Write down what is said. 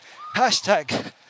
Hashtag